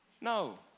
No